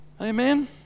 Amen